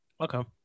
Okay